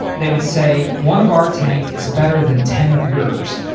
they would say, one of our tank is better than ten of yours.